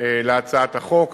להצעת החוק.